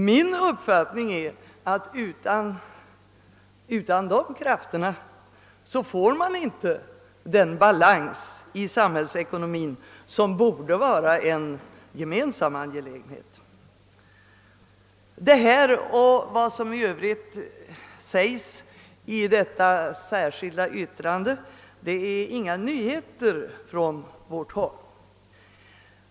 Min uppfattning är att man utan dessa krafter inte får den balans i samhällsekonomin som borde vara en gemensam angelägenhet. Vad jag nu refererat och vad som i övrigt sägs i detta särskilda yttrande är inga nyheter från vårt håll.